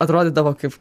atrodydavo kaip